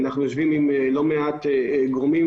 אנחנו יושבים עם לא מעט גורמים.